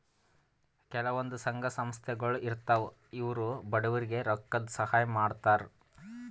ಕೆಲವಂದ್ ಸಂಘ ಸಂಸ್ಥಾಗೊಳ್ ಇರ್ತವ್ ಇವ್ರು ಬಡವ್ರಿಗ್ ರೊಕ್ಕದ್ ಸಹಾಯ್ ಮಾಡ್ತರ್